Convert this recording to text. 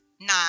nine